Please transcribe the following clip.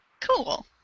Cool